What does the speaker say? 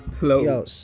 hello